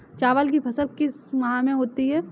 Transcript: चावल की फसल किस माह में होती है?